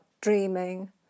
dreaming